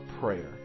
prayer